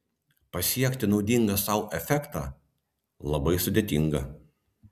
pasiekti naudingą sau efektą labai sudėtinga